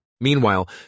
Meanwhile